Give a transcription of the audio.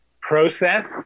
process